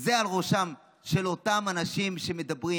זה על ראשם של אותם אנשים שמדברים.